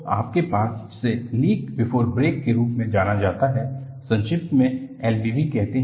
तो आपके पास जिसे लीक बिफोर ब्रेक के रूप में जाना जाता है संक्षिप्त में LBB कहते हैं